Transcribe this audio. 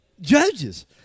judges